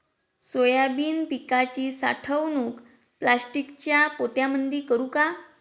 Soybean पिकाची साठवणूक प्लास्टिकच्या पोत्यामंदी करू का?